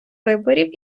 виборів